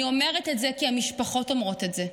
אני אומרת את זה כי המשפחות אומרות את זה.